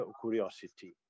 curiosity